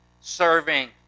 Serving